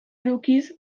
edukiz